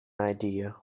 idea